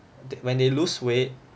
when they lose weight